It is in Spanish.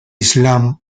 islam